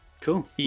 cool